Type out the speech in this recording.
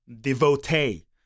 devotee